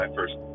first